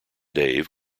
dave